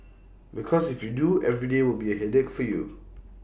because if you do every day will be A headache for you